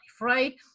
right